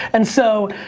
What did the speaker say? and so,